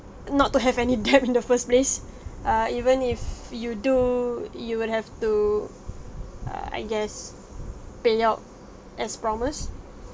not to have any debt in the first place err even if you do you would have to(err) I guess pay up as promised